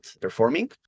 performing